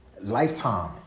Lifetime